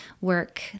work